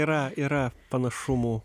yra yra panašumų